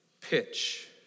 pitch